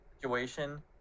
situation